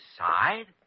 side